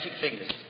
fingers